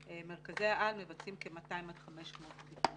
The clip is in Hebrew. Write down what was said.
מרכזי העל מבצעים כ-200 עד 500 בדיקות.